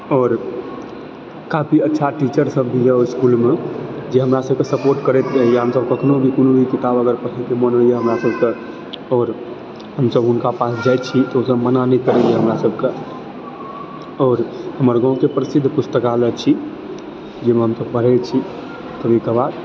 आओर काफी अच्छा टीचर सभ भी यऽ ओहि इसकुलमे जे हमरा सभक सपोर्ट करैत रहैए हमसभ कखनो वीकली किताब अगर पढ़ि कऽ मन होइए हमरा हमसभक आओर हमसभ हुनका पास जाइ छी तऽ ओ सभ मना नहि करैए हमरा सभकेँ आओर हमर गाँवके प्रसिद्ध पुस्तकालय छी जहिमे हमसभ पढ़ै छी कभी कभार